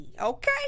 Okay